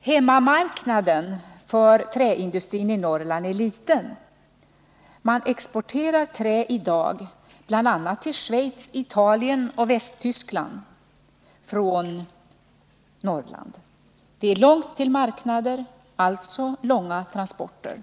Hemmamarknaden för träindustrin i Norrland är liten. Man exporterar i dag från Norrland trä bl.a. till Schweiz, Italien och Västtyskland. Det är långt till marknader, alltså blir det långa transporter.